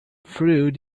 through